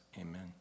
Amen